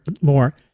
more